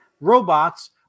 robots